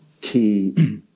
key